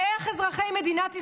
ואיך אזרחי מדינת ישראל,